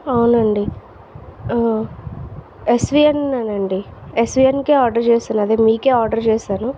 అవునండీ ఎస్వియన్ నే అండీ ఎస్వియన్కే ఆర్డర్ చేశాను అదే మీకే ఆర్డర్ చేశాను